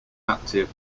active